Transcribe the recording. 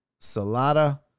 salada